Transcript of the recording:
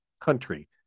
country